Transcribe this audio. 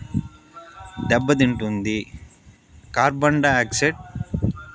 దెబ్బతింటుంది carbon dioxide